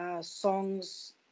songs